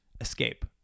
Escape